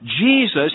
Jesus